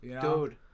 Dude